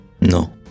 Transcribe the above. No